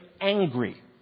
angry